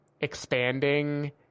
expanding